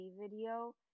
video